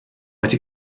wedi